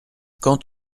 quand